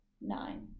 nine